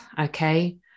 okay